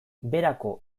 berako